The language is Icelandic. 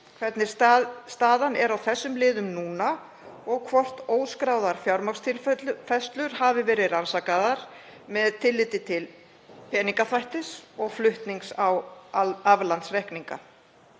hvernig staðan er á þessum liðum núna og hvort óskráðar fjármagnstilfærslur hafi verið rannsakaðar með tilliti til peningaþvættis og flutnings á aflandsreikninga.